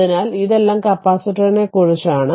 അതിനാൽ ഇതെല്ലാം കപ്പാസിറ്ററിനെക്കുറിച്ചാണ്